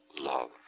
love